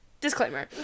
Disclaimer